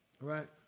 Right